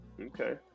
okay